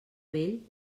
vell